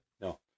No